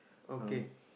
okay